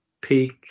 peak